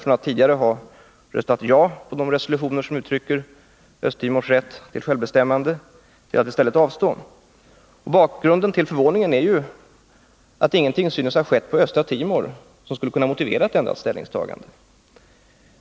Från att tidigare ha röstat ja till de resolutioner som ger uttryck för Östra Timors rätt till självbestämmande avstod man då från att rösta. Anledningen till förvåningen är att ingenting synes ha skett på Östra Timor som skulle kunna motivera ett ändrat ställningstagande.